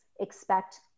expect